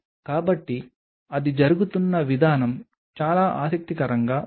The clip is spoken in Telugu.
కాబట్టి అది జరుగుతున్న విధానం చాలా ఆసక్తికరంగా ఉంది